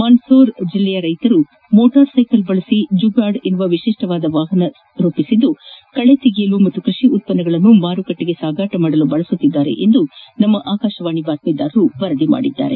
ಮಾಂಡ್ಪೌರ್ ಜಿಲ್ಲೆಯ ರೈತರು ಮೋಟಾರ್ ಸ್ಟೆಕಲ್ಅನ್ನು ಬಳಸಿ ಜುಗಾಡ್ ಎಂಬ ವಿಶಿಷ್ಟವಾದ ವಾಹನವೊಂದನ್ನು ರೂಪಿಸಿದ್ದು ಅದನ್ನು ಕಳೆ ತೆಗೆಯಲು ಹಾಗೂ ಕೃಷಿ ಉತ್ಪನ್ನಗಳನ್ನು ಮಾರುಕಟ್ಟೆಗೆ ಸಾಗಿಸಲು ಬಳಸುತ್ತಿದ್ದಾರೆ ಎಂದು ನಮ್ಮ ಆಕಾಶವಾಣಿ ಬಾತ್ಟೀದಾರರು ವರದಿ ಮಾಡಿದ್ದಾರೆ